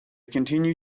continue